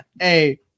Hey